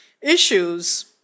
issues